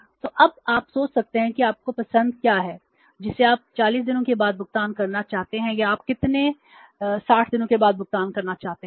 तो अब आप सोच सकते हैं कि आपकी पसंद क्या है जिसे आप 40 दिनों के बाद भुगतान करना चाहते हैं या आप कितने 60 दिनों के बाद भुगतान करना चाहते हैं